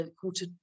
quarter